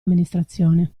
amministrazione